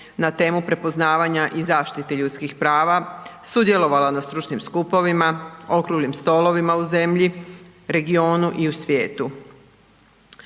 na temu prepoznavanja i zaštite ljudskih prava, sudjelovala na stručnim skupovima, okruglim stolovima u zemlji, regionu i u svijetu.